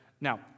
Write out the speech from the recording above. Now